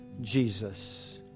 Jesus